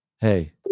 Hey